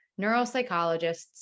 neuropsychologists